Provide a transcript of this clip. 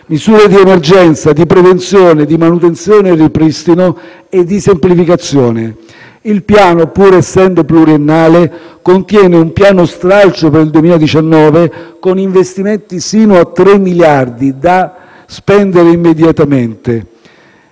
misure d'emergenza, di prevenzione, di manutenzione e ripristino, nonché di semplificazione. Il piano, pur essendo pluriennale, contiene un piano stralcio per il 2019 con investimenti sino a 3 miliardi di euro, da spendere immediatamente.